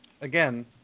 again